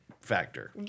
factor